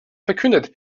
verkündet